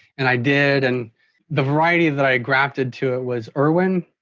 and i did and the variety that i grafted to it was irwin,